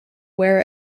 wear